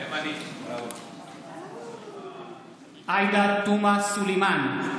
מתחייב אני עאידה תומא סלימאן,